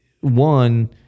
one